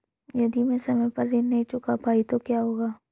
यदि मैं समय पर ऋण नहीं चुका पाई तो क्या होगा?